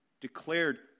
declared